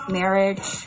marriage